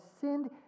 sinned